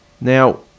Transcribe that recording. Now